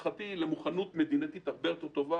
ולמוכנות מדינתית הרבה יותר טובה,